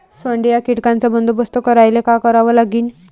सोंडे या कीटकांचा बंदोबस्त करायले का करावं लागीन?